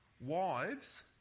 Wives